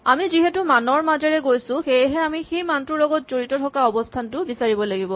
আমি যিহেতু মানৰ মাজেৰে গৈছো সেয়েহে আমি সেইটো মানৰ লগত জড়িত থকা অৱস্হানটো বিচাৰিব লাগিব